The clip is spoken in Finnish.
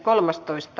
asia